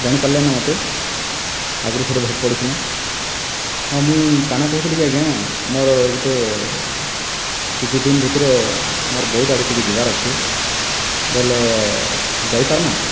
ଜାଣିପାରିଲେ ନା ମତେ ଆଗ୍ରୁ ଥରେ ଭେଟ୍ ପଡ଼ିଥିଲାଁ ହଁ ମୁଇଁ କାଣା କହୁଥିଲି କେ ଆଜ୍ଞା ମୋର ଗୁଟେ କିଛି ଦିନ ଭିତରେ ମୋର ବହୁତ ଆଡ଼େ ଟିକେ ଯିବାର୍ ଅଛେ ବୋଇଲେ ଯାଇପାର୍ମା